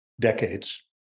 decades